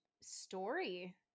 story